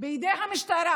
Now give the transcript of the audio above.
בידי המשטרה,